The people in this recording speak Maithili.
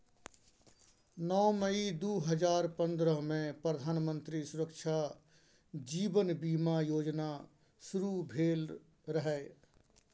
नौ मई दु हजार पंद्रहमे प्रधानमंत्री सुरक्षा जीबन बीमा योजना शुरू भेल रहय